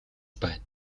байна